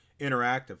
interactive